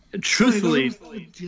Truthfully